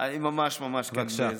אני ממש ממש, בבקשה.